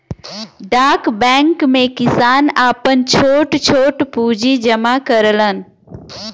डाक बैंक में किसान आपन छोट छोट पूंजी जमा करलन